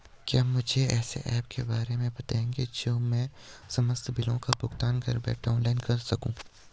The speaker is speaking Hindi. क्या मुझे ऐसे ऐप के बारे में बताएँगे जो मैं समस्त बिलों का भुगतान घर बैठे ऑनलाइन कर सकूँ?